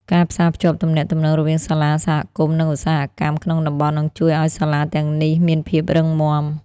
ការផ្សារភ្ជាប់ទំនាក់ទំនងរវាងសាលា សហគមន៍ និងឧស្សាហកម្មក្នុងតំបន់នឹងជួយឱ្យសាលាទាំងនេះមានភាពរឹងមាំ។